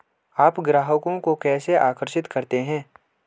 आप ग्राहकों को कैसे आकर्षित करते हैं?